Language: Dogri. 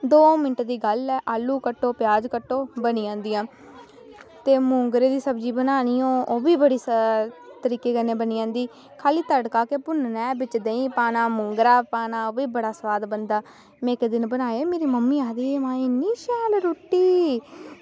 दो मिंट दी गल्ल ऐ आलू कट्टो प्याज़ कट्टो दो मिंट दी गल्ल ऐ ते मोंगरें दी सब्ज़ी बनानी होऐ ओह्बी बड़ी शैल तरीके कन्नै बनी जंदी खाली तड़का गै भुन्नान ऐ बिच देहीं पाना मोंगरा पाना ओह्बी बड़ा सोआद बनदा में इक्क दिन बनाये मेरी मम्मी आक्खदी हे माए इन्नी शैल रुट्टी